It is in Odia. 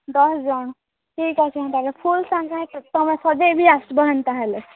ଦଶ୍ ଜଣ ଠିକ୍ ଅଛି ମୁଁ ତାହେଲେ ଫୁଲ୍ ସାଙ୍ଗେ ତମେ ସଜେଇ ବି ଆସିବ ହେନ୍ତା ହେଲେ